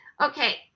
Okay